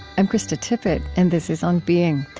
i'm krista tippett, and this is on being.